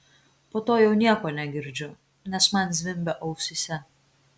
po to jau nieko negirdžiu nes man zvimbia ausyse